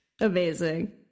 Amazing